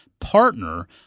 partner